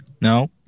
No